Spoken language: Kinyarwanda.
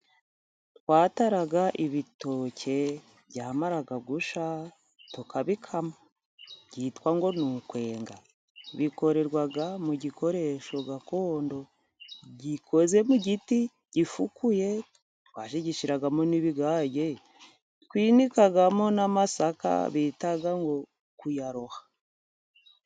Twataraga ibitoke byamara gushya, tukabikama byitwa ngo ni ukwenga; bikorerwa mu gikoresho gakondo gikoze mu giti gifukuye, twashigishiragamo n'ibigage. Twinikagamo n'amasaka bita ngo kuyaroha.